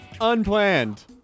unplanned